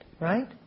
right